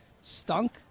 stunk